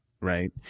right